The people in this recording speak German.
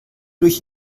durch